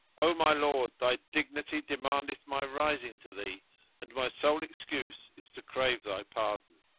o my lord, thy dignity demandeth my rising to thee and my sole excuse is to crave thy pardon.